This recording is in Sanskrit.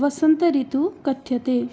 वसन्त ऋतुः कथ्यते